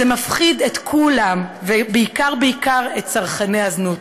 זה מפחיד את כולם, ובעיקר בעיקר את צרכני הזנות.